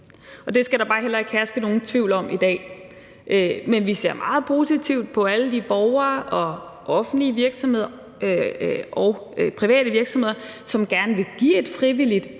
Og det skal der bare heller ikke herske nogen tvivl om i dag, men vi ser meget positivt på alle de borgere og offentlige virksomheder og private virksomheder, som gerne vil give et frivilligt